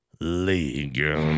League